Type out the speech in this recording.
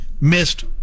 missed